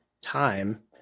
time